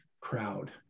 crowd